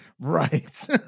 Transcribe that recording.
Right